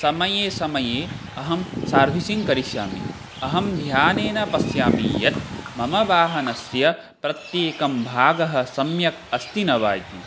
समये समये अहं सार्विसिङ्ग् करिष्यामि अहं ध्यानेन पश्यामि यत् मम वाहनस्य प्रत्येकं भागः सम्यक् अस्ति न वा इति